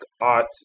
art